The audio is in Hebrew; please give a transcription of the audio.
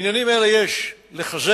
בניינים אלה יש לחזק,